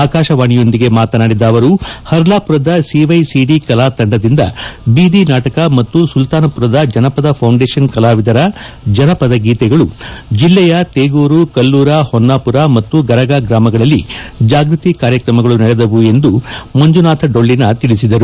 ಆಕಾಶವಾಣಿಯೊಂದಿಗೆ ಮಾತನಾಡಿದ ಅವರು ಪರ್ಲಾಪುರದ ಸಿವ್ಯೆಸಿಡಿ ಕಲಾ ತಂಡದಿಂದ ಬೀದಿ ನಾಟಕ ಮತ್ತು ಸುಲ್ತಾನಪುರದ ಜನಪದ ಫೌಂಡೇಶನ್ ಕಲಾವಿದರ ಜನಪದ ಗೀತೆಗಳು ಜಿಲ್ಲೆಯ ತೇಗೂರು ಕಲ್ಲೂರ ಹೊನ್ನಾಪೂರ ಮತ್ತು ಗರಗ ಗ್ರಾಮಗಳಲ್ಲಿ ಜಾಗೃತಿ ಕಾರ್ಯಕ್ರಮಗಳು ನಡೆದವು ಎಂದು ಮಂಜುನಾಥ ಡೊಳ್ಳಿನ ತಿಳಿಸಿದರು